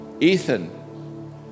Ethan